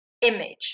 image